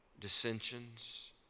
dissensions